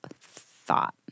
thought